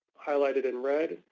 highlighted in red,